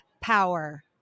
Power